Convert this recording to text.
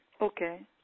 Okay